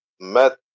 met